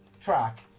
Track